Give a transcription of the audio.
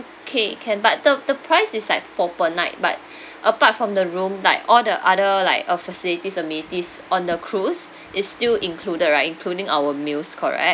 okay can but the the price is like for per night but apart from the room like all the other like uh facilities amenities on the cruise is still included right including our meals correct